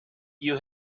you